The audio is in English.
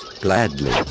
Gladly